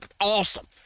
Awesome